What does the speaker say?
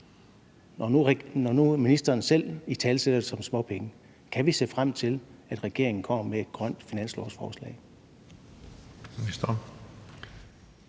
Når nu ministeren selv italesætter det som småpenge, kan vi så se frem til, at regeringen kommer med et grønt finanslovsforslag?